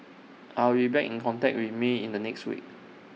I will be back in contact with may in the next week